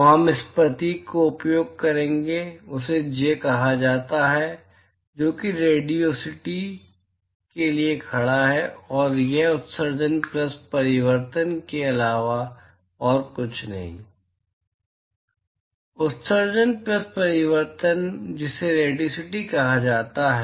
तो हम जिस प्रतीक का उपयोग करेंगे उसे J कहा जाता है जो कि रेडियोसिटी के लिए खड़ा है और यह उत्सर्जन प्लस परावर्तन के अलावा और कुछ नहीं है उत्सर्जन प्लस परावर्तन जिसे रेडियोसिटी कहा जाता है